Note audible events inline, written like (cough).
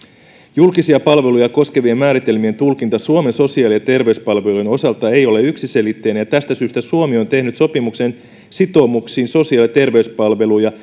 julkisia palveluja koskevien määritelmien tulkinta suomen sosiaali ja terveyspalvelujen osalta ei ole yksiselitteinen ja tästä syystä suomi on tehnyt sopimuksen sitoumuksiin sosiaali ja terveyspalveluja (unintelligible)